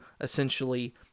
essentially